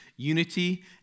unity